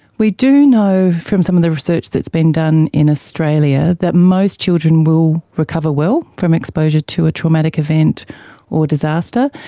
we do know from some of the research that has been done in australia that most children will recover well from exposure to a traumatic event or disaster.